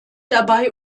dabei